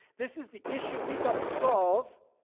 this is the issue we have got to solve,